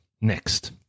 next